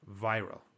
viral